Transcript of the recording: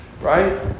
Right